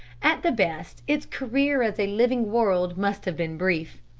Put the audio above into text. at the best, its career as a living world must have been brief.